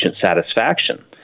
satisfaction